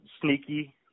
sneaky